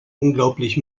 unglaublich